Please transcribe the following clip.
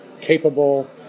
capable